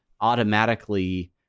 automatically